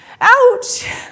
Ouch